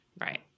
Right